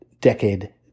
decade